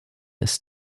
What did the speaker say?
ist